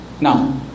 Now